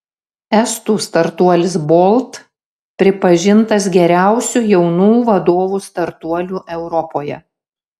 estų startuolis bolt pripažintas geriausiu jaunų vadovų startuoliu europoje